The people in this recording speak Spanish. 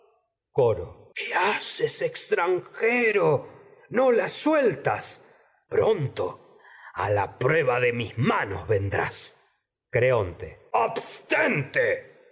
qué haces extranjero no la sueltas pron manos la prueba de mis vendrás creonte coro tal abstente